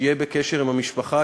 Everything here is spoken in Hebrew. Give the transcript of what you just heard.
שיהיה בקשר עם המשפחה,